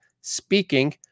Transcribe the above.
Speaking